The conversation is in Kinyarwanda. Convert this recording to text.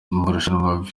amarushanwa